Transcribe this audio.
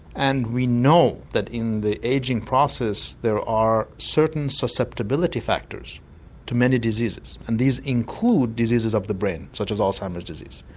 and we know that in the ageing process there are certain susceptibility factors to many diseases and these include diseases of the brain such as alzheimer's disease.